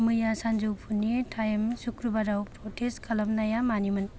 मैया सानजौफुनि टाइमनि स्कुवेराव प्रटेस्ट खालामनाया मानिमोन